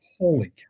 holy